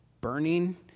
burning—